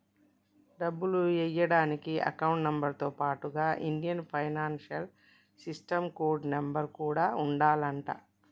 డబ్బులు ఎయ్యడానికి account number తో పాటుగా Indian financial system code number కూడా ఉండాలంట